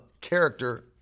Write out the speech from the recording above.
character